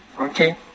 Okay